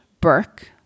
Burke